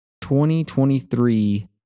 20-23